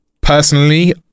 personally